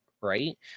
Right